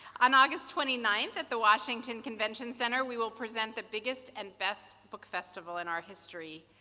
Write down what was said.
on august twenty ninth at the washington convention center, we will present the biggest and best book festival in our history.